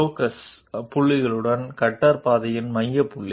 ball end దీన్ని అర్థం చేసుకోవడానికి మేము తరువాత ఒక ఉదాహరణను కలిగి ఉంటాము